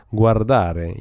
guardare